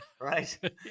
right